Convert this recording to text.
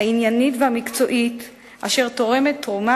העניינית והמקצועית אשר תורמת תרומה